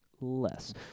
less